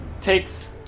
takes